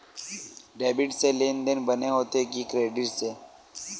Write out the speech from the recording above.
Debit से लेनदेन बने होथे कि क्रेडिट से?